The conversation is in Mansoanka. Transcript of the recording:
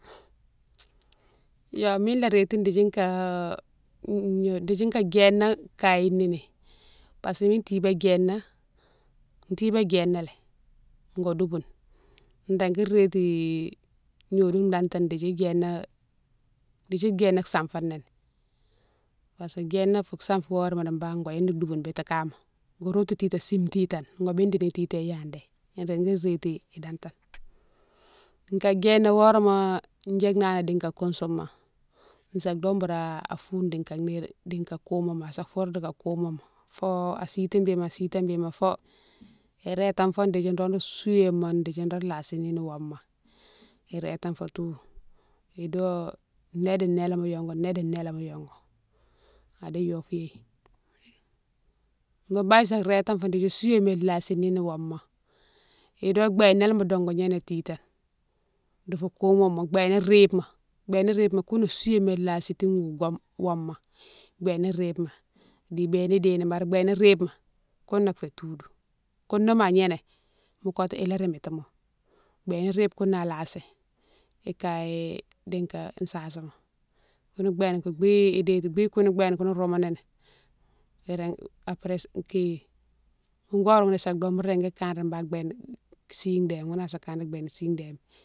Yo mine la réti dékdi ka gnodiou, dékdi ka djéna kaye nini parce que mine tibé djéna, tibé djéna lé go douboune régui réti gnodiou dantane dékdi djéna, dékdi djéna sanfani parce que djéna fou sanfi horéma di bane go yédi douboune biti kama, go rotou titane sime titane, go bidini titane yadi régui réti idantne. Ga djéna horéma djike nani dika kousouma sa do boura foune dika nirome, dika koumoma, asa foure dika koumoma, asa foure dika koumoma fo a siti bima, asiti bima fo irétanfo dékdi nro souwéma dékdi nro lasini woma, irétanfo toudou ido nédi nélé mo yongou, nédi nélé mo yongou idi yo fou yéye. Go baye isa rétanfo dékdi souwéma ilasini woma, ido béna mo dongou gnéné titane di fou koumoma, béna ribe ma, béna ribe ma koune souwéma ilasitine gou wome, woma, béna ribe ma, di béna dénéye bari béna ribe ma kouné fé toudou, koune nima gnéné mo kotou ila rémétimo, béne ribe koune né alasi, ikaye dika sasima foune béne koune bi déti, bi koune béne koune roumouni ni irégui, aprés fou horéghoune isado mo régui kanré bane béne si dé ghounné asa kanré béne si dé.